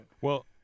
Well-